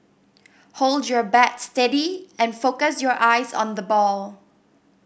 hold your bat steady and focus your eyes on the ball